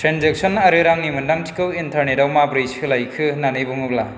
transaction आरो रांनि मोनदांथिखौ इन्टारनेटआव माब्रै सोलायखो होन्नानै बुङोब्ला